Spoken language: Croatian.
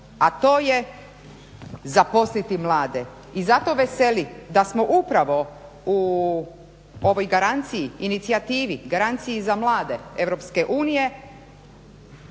a to je zaposliti mlade i zato veseli da smo upravo u ovoj garanciji, inicijativi, garanciji za mlade EU,